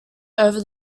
over